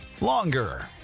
longer